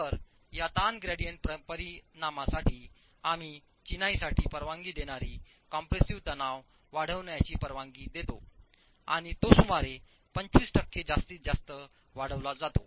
तर याताण ग्रेडियंट परिणामासाठी आम्ही चिनाईसाठी परवानगी देणारी कॉम्प्रेसिव्ह तणाव वाढविण्याची परवानगी देतो आणि तो सुमारे 25 टक्के जास्तीत जास्त वाढविला जातो